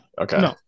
Okay